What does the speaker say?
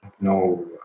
no